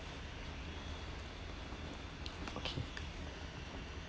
okay